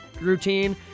routine